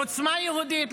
לעוצמה יהודית,